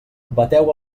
bateu